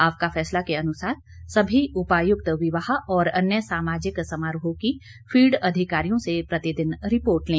आपका फैसला के अनुसार सभी उपायुक्त विवाह और अन्य सामाजिक समारोहों की फील्ड अधिकारियों से प्रतिदिन रिपोर्ट लें